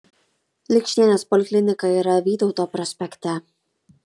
likšienės poliklinika yra vytauto prospekte